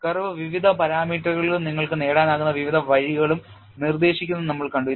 curve വിവിധ പാരാമീറ്ററുകളും നിങ്ങൾക്ക് നേടാനാകുന്ന വിവിധ വഴികളും നിർദ്ദേശിക്കുന്നത് നമ്മൾ കണ്ടു